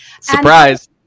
Surprise